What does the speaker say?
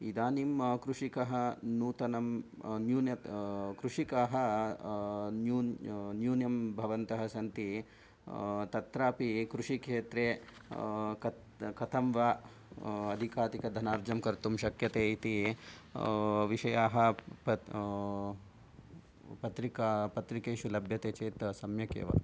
इदानीं कृषिकः नूतनं न्यूनाः कृषिकाः न्यूनं न्यूनं भवन्तः सन्ति तत्रापि कृषि क्षेत्रे कत् कथं वा अधिकाधिकधनार्जनं कर्तुं शक्यते इति विषयाः पत्रिकायां लभ्यते चेत् सम्यक् एव